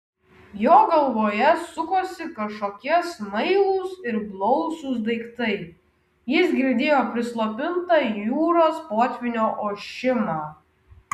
jo galvoje sukosi kažkokie smailūs ir blausūs daiktai jis girdėjo prislopintą jūros potvynio ošimą